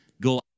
go